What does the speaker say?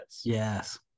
Yes